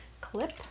clip